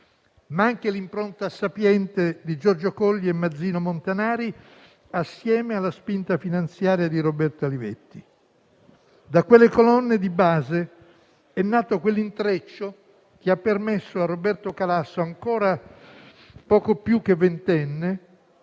ma anche l'impronta sapiente di Giorgio Colli e Mazzino Montinari, assieme alla spinta finanziaria di Roberto Olivetti. Da quelle colonne di base è nato quell'intreccio che ha permesso a Roberto Calasso, ancora poco più che ventenne,